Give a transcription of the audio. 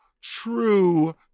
true